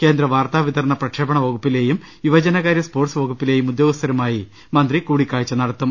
കേന്ദ്ര വാർത്താവിതരണ പ്രക്ഷേപണ വകു പ്പിലേയും യുവജനകാര്യ സ്പ്പോ്ർട്സ് വകുപ്പിലേയും ഉദ്യോഗസ്ഥ രുമായി മന്ത്രി കൂടിക്കാഴ്ച നടത്തും